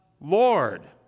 Lord